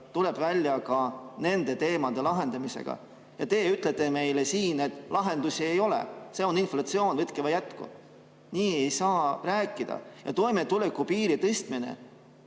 tuleb välja ka nende teemade lahendamisega. Aga teie ütlete meile siin, et lahendusi ei ole, see on inflatsioon, võtke või jätke. Nii ei saa rääkida. Jah, toimetulekupiiri tõstmine